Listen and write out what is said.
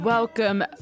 Welcome